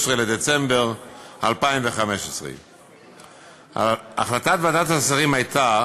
בדצמבר 2015. החלטת ועדת השרים הייתה